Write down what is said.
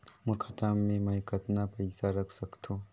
मोर खाता मे मै कतना पइसा रख सख्तो?